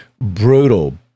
brutal